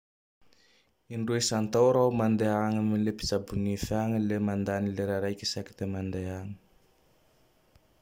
Indroa isan-tao raho mandeha agny am le mpitsabo nify agny. Le mandany lera raike isaky ty mandea agny.